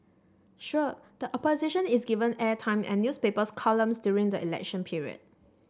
sure the Opposition is given airtime and newspaper columns during the election period